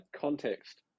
context